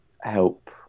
help